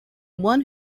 one